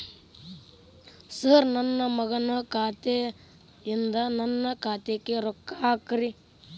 sir ನನ್ನ ಮಗನ ಖಾತೆ ಯಿಂದ ನನ್ನ ಖಾತೆಗ ರೊಕ್ಕಾ ಹಾಕ್ರಿ